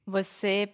Você